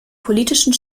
politischen